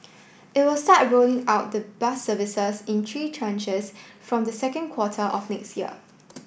it will start rolling out the bus services in three tranches from the second quarter of next year